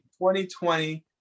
2020